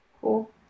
Cool